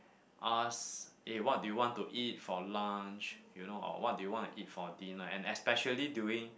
ask eh what do you want to eat for lunch you know or what do you want to eat for dinner and especially during